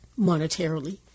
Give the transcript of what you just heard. monetarily